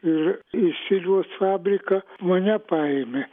ir į silvos fabriką mane paėmė